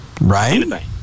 Right